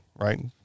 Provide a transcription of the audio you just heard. right